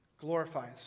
Glorifies